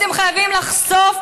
אתם חייבים לחשוף,